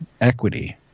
equity